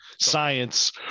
Science